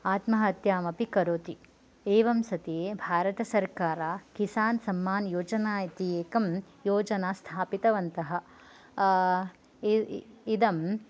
आत्महत्याम् अपि करोति एवं सति भारतसरकारः किसान् सम्मान् योजना इति एकं योजना स्थापितवन्तः इदम्